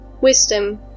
wisdom